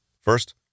First